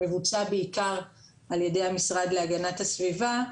מבוצע בעיקר על ידי המשרד להגנת הסביבה.